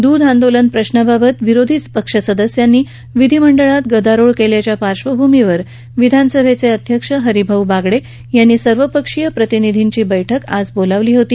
दूध आंदोलन प्रश्नाबाबत विरोधी पक्ष सदस्यांनी विधीमंडळात गदारोळ केल्याच्या पार्श्वभूमीवर विधानसभेचे अध्यक्ष हरिभाऊ बागडे यांनी सर्वपक्षीय प्रतिनिधींची बैठक आज बोलावली होती